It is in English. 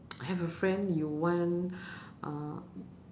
have a friend you want uh